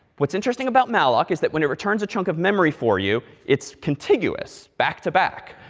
what's interesting about malloc is that when it returns a chunk of memory for you it's contiguous, back-to-back.